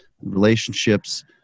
relationships